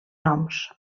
noms